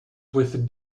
with